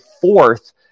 fourth